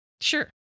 Sure